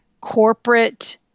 corporate